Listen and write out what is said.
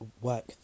work